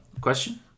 question